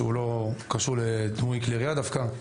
שהוא לא קשור לדמוי כלי ירייה דווקא,